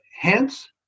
hence